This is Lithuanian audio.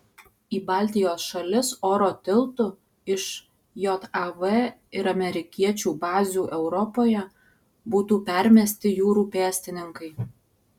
į baltijos šalis oro tiltu iš jav ir amerikiečių bazių europoje būtų permesti jūrų pėstininkai